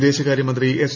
വിദേശകാര്യമന്ത്രി എസ്